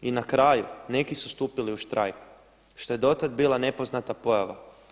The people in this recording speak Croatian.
I na kraju neki su stupili u štrajk što je do tada bila nepoznata pojava.